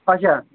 اچھَا